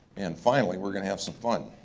and finally we're gonna have some fun.